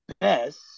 best